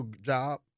job